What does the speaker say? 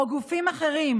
ובין שמדובר גופים אחרים,